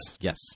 Yes